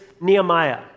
Nehemiah